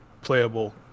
playable